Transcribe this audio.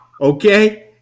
Okay